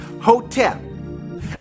Hotel